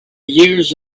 years